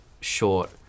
short